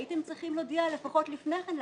הייתם צריכים להודיע לפחות לפני כן,